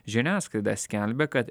žiniasklaida skelbia kad